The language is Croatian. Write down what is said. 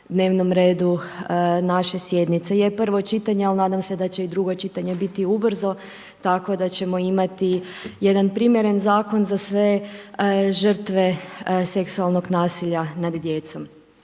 dnevnom redu naše sjednice. Je prvo čitanje, ali nadam se da će i drugo čitanje biti ubrzo, tako da ćemo imati jedan primjeren zakon za sve žrtve seksualnog nasilja nad djecom.